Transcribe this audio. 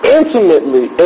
intimately